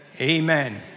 amen